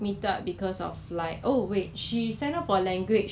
like they take fifty percent of the volume out then they sell it for one dollar